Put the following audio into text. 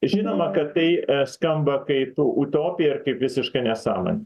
žinoma kad tai skamba kaip utopija ir kaip visiška nesąmon